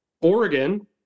Oregon